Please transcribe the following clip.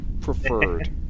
preferred